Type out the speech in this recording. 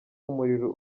umuriro